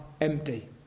empty